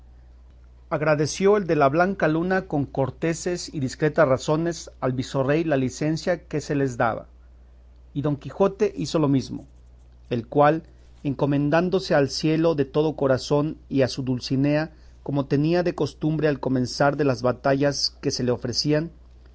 agradeció el de la blanca luna con corteses y discretas razones al visorrey la licencia que se les daba y don quijote hizo lo mesmo el cual encomendándose al cielo de todo corazón y a su dulcinea como tenía de costumbre al comenzar de las batallas que se le ofrecían